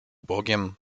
bogiem